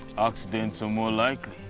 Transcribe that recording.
accidents are more like